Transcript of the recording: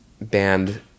band